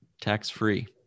Tax-free